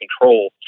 control